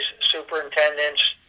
superintendents